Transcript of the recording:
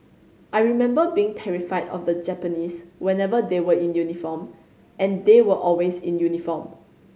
I remember being terrified of the Japanese whenever they were in uniform and they were always in uniform